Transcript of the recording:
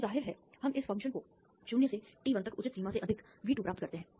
तो जाहिर है हम इस फ़ंक्शन को 0 से t1 तक उचित सीमा से अधिक V2 प्राप्त करते हैं